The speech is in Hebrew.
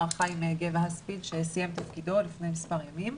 מר חיים גבע שסיים את תפקידו לפני מספר ימים.